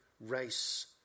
Race